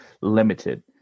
limited